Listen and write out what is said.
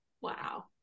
Wow